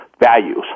values